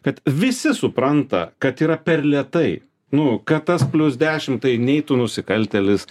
kad visi supranta kad yra per lėtai nu kad tas plius dešim tai nei tu nusikaltėlis